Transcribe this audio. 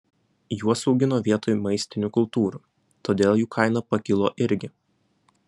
juos augino vietoj maistinių kultūrų todėl jų kaina pakilo irgi